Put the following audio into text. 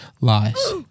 Lies